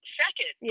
second